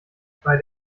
bei